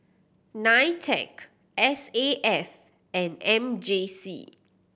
NITEC S A F and M J C